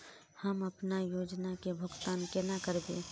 हम अपना योजना के भुगतान केना करबे?